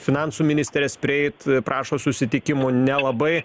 finansų ministrės prieit prašo susitikimų nelabai